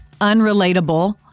unrelatable